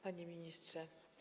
Panie Ministrze!